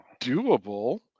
doable